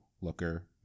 Looker